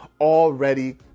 already